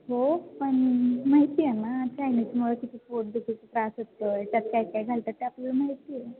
हो पण माहिती आहे ना चायनीजमुळे किती पोटदुखीचा त्रास असतो आहे त्यात काय काय घालतात ते आपल्याला माहिती आहे